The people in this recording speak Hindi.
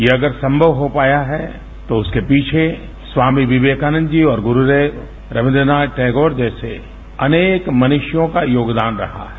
यह अगर संभव हो पाया है तो उसके पीछे स्वामी विवेकानंद जी और गुरूदेव रविन्द्र नाथ टैगोर जैसे अनेक मनुष्यों का योगदान रहा है